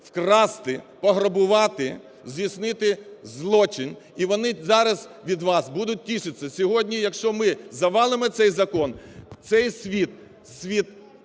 вкрасти, пограбувати, здійснити злочин і вони зараз від вас будуть тішиться. Сьогодні, якщо ми завалимо цей закон, цей світ – світ